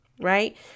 right